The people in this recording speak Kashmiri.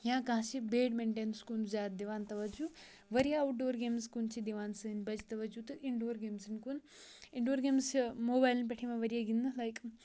یا کانٛہہ چھِ بیڈمِنٹَٮ۪نس کُن زیادٕ دِوان تَوَجوٗ وارِیاہ آوُٹ ڈور گیمٕز کُن چھِ دِوان سٲنۍ بَچہِ تَوَجوٗ تہٕ اِنڈور گیمزَن کُن اِنڈور گیمٕز چھِ موبایلَن پٮ۪ٹھ یِوان وارِیاہ گِنٛدنہٕ لایک